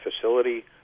facility